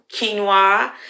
quinoa